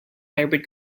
hybrid